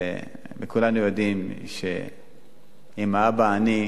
כולנו יודעים שאם האבא עני,